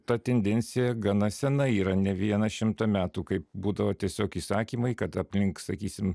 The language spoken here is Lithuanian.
ta tendencija gana sena yra ne vieną šimtą metų kaip būdavo tiesiog įsakymai kad aplink sakysim